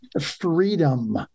freedom